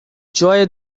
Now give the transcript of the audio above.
joy